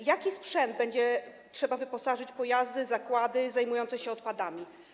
W jaki sprzęt będzie trzeba wyposażyć pojazdy, zakłady zajmujące się odpadami?